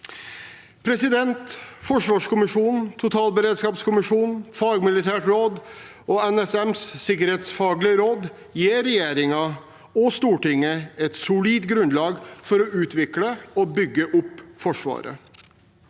områder. Forsvarskommisjonen, totalberedskapskommisjonen, fagmilitært råd og NSMs sikkerhetsfaglige råd gir regjeringen og Stortinget et solid grunnlag for å utvikle og bygge opp Forsvaret.